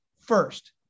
first